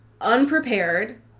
unprepared